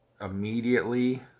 immediately